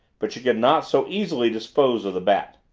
but she could not so easily dispose of the bat.